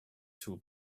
two